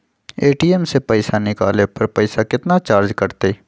ATM से पईसा निकाले पर पईसा केतना चार्ज कटतई?